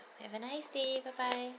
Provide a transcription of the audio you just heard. have a nice day bye bye